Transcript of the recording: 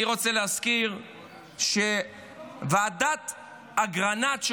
אני רוצה להזכיר שוועדת אגרנט,